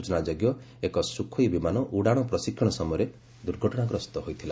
ସୂଚନାଯୋଗ୍ୟ ଏକ ସୁଖୋଇ ବିମାନ ଉଡ଼ାଣ ପ୍ରଶିକ୍ଷଣ ସମୟରେ ଦୁର୍ଘଟଣାଗ୍ରସ୍ତ ହୋଇଥିଲା